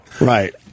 Right